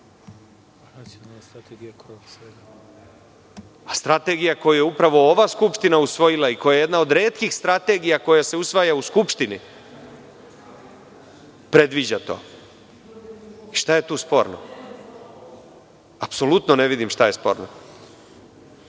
bude. Strategija koju je upravo ova skupština usvojila i koja je jedna od retkih strategija koja se usvaja u Skupštini predviđa to. Šta je tu sporno? Apsolutno ne vidim šta je sporno. Greška